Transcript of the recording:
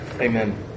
amen